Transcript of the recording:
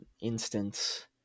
instance